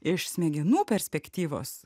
iš smegenų perspektyvos